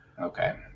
Okay